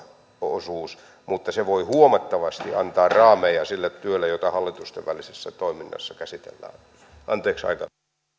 osuus mutta se voi huomattavasti antaa raameja sille työlle jota hallitusten välisessä toiminnassa käsitellään